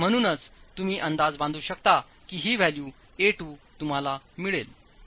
आणि म्हणूनच तुम्ही अंदाज बांधूशकता की ही व्हॅल्यू a2 तुम्हाला मिळेल